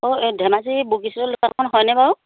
অঁ এই Dhemaji book store দোকানখন হয়নে বাাৰু